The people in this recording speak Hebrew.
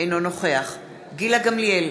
אינו נוכח גילה גמליאל,